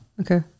Okay